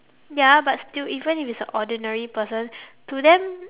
ya but still even if it's a ordinary person to them